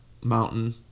mountain